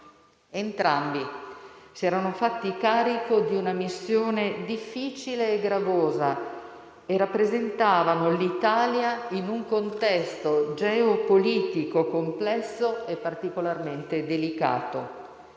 Entrambi si erano fatti carico di una missione difficile e gravosa e rappresentavano l'Italia in un contesto geopolitico complesso e particolarmente delicato;